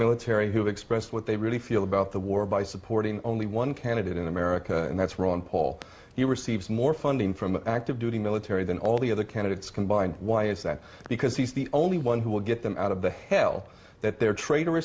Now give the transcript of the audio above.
have expressed what they really feel about the war by supporting only one candidate in america and that's ron paul he receives more funding from active duty military than all the other candidates combined why is that because he's the only one who will get them out of the hell that they're tra